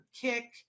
kick